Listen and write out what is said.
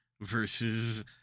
versus